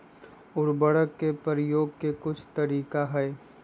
उरवरक के परयोग के कुछ तरीका हई